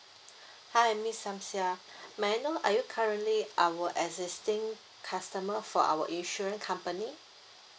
hi miss samsiah may I know are you currently our existing customer for our insurance company